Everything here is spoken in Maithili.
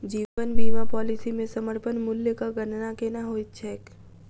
जीवन बीमा पॉलिसी मे समर्पण मूल्यक गणना केना होइत छैक?